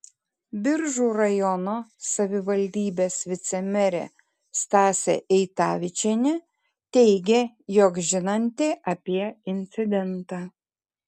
biržų rajono savivaldybės vicemerė stasė eitavičienė teigė jog žinanti apie incidentą